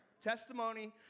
testimony